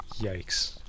Yikes